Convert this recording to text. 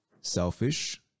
selfish